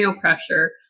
pressure